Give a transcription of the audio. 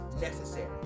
necessary